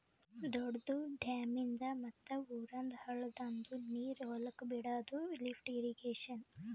ದೊಡ್ದು ಡ್ಯಾಮಿಂದ್ ಮತ್ತ್ ಊರಂದ್ ಹಳ್ಳದಂದು ನೀರ್ ಹೊಲಕ್ ಬಿಡಾದು ಲಿಫ್ಟ್ ಇರ್ರೀಗೇಷನ್